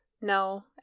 No